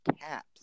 Caps